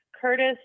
Curtis